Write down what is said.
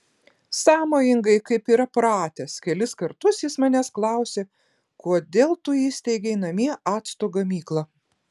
sąmojingai kaip yra pratęs kelis kartus jis manęs klausė kodėl tu įsteigei namie acto gamyklą